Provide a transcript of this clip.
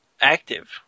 active